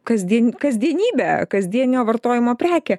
kasdien kasdienybę kasdienio vartojimo prekė